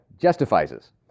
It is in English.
Justifies